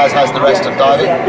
has the rest of diving.